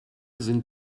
sind